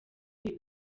ibi